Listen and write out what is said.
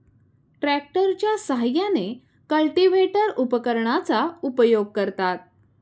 ट्रॅक्टरच्या साहाय्याने कल्टिव्हेटर उपकरणाचा उपयोग करतात